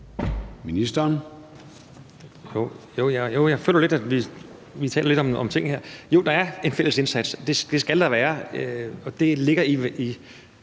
Heunicke): Jeg føler lidt, at vi taler lidt om forskellige ting her. Jo, der er en fælles indsats, og det skal der være. Det ligger i